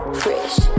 fresh